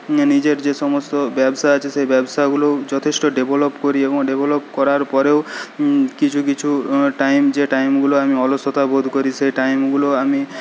নিজের যেসমস্ত ব্যবসা আছে সেই ব্যবসাগুলো যথেষ্ট ডেভেলপ করি এবং ডেভেলপ করার পরেও কিছু কিছু টাইম যে টাইমগুলো আমি অলসতা বোধ করি সে টাইমগুলো আমি